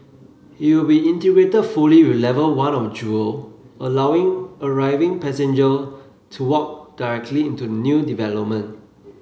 it will be integrated fully with level one of Jewel allowing arriving passenger to walk directly into new development